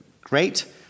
great